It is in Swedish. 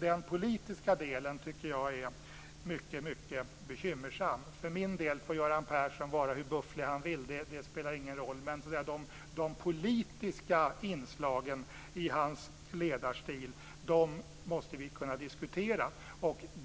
Den politiska delen är bekymmersam. För min del får Göran Persson vara hur bufflig han vill. Det spelar ingen roll. De politiska inslagen i hans ledarstil måste kunna diskuteras.